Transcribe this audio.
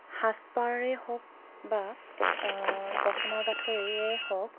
সাজ পাৰেই হওক বা গহনা গাঁঠৰিয়ে হওক